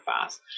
fast